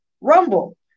Rumble